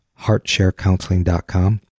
heartsharecounseling.com